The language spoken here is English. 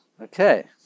Okay